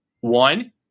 One